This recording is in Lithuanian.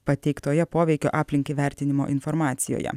pateiktoje poveikio aplinkai vertinimo informacijoje